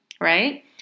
right